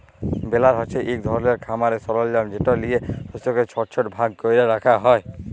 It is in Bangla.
বেলার হছে ইক ধরলের খামারের সরলজাম যেট লিঁয়ে শস্যকে ছট ছট ভাগ ক্যরে রাখা হ্যয়